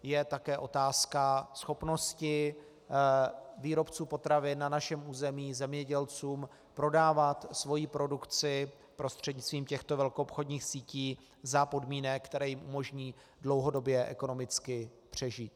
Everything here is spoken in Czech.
Je také otázka schopnosti výrobců potravin na našem území, zemědělců, prodávat svoji produkci prostřednictvím těchto velkoobchodních sítí za podmínek, které jim umožní dlouhodobě ekonomicky přežít.